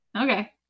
Okay